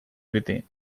within